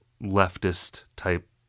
leftist-type